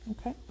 Okay